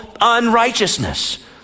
unrighteousness